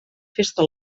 festa